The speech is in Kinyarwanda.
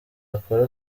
akora